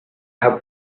have